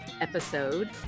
episode